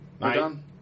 done